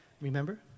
Remember